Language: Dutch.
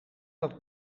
dat